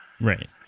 Right